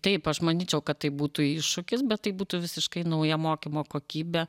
taip aš manyčiau kad tai būtų iššūkis bet tai būtų visiškai nauja mokymo kokybė